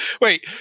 wait